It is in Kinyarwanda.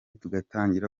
dutangire